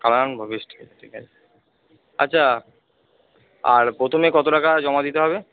colour আনব বেশ ঠিক আছে ঠিক আছে আচ্ছা আর প্রথমে কত টাকা জমা দিতে হবে